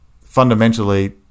fundamentally